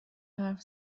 حرف